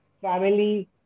family